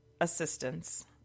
assistance